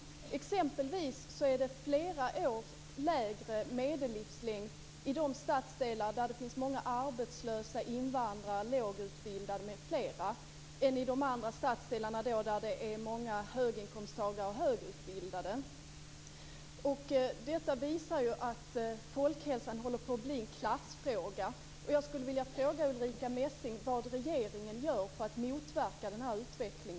Det är flera år lägre medellivslängd i de stadsdelar där det finns många arbetslösa invandrare, lågutbildade m.fl., än i de stadsdelar där det finns många höginkomsttagare och högutbildade. Detta visar att folkhälsan håller på att bli en klassfråga. Ulrica Messing?